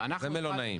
זה מלונאים.